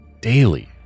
Daily